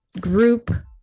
group